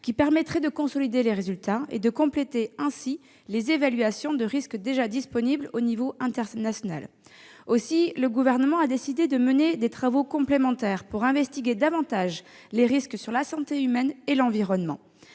qui permettraient de consolider les résultats et de compléter ainsi les évaluations de risque déjà disponibles au niveau international. Aussi le Gouvernement a-t-il décidé de mener des travaux complémentaires destinés à mieux connaître les risques sur la santé humaine et sur l'environnement.